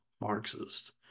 Marxist